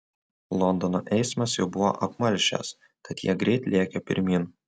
londono eismas jau buvo apmalšęs tad jie greit lėkė pirmyn